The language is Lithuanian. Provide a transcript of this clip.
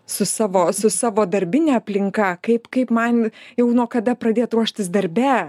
su savo su savo darbine aplinka kaip kaip man jau nuo kada pradėt ruoštis darbe